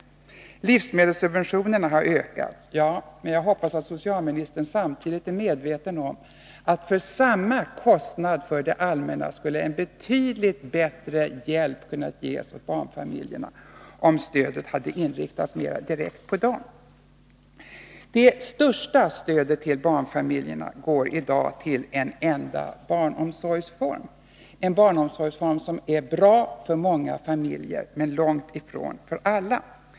Han säger också att livsmedelssubventionerna har ökats. Ja, men jag hoppas att socialministern samtidigt är medveten om att för samma kostnad för det allmänna skulle en betydligt bättre hjälp ha kunnat ges åt barnfamiljerna om stödet hade inriktats mera direkt på dem. Det största stödet till barnfamiljerna går i dag till en enda barnomsorgsform, en barnomsorgsform som är bra för många familjer, men långt ifrån för alla.